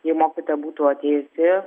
jei mokytoja būtų atėjusi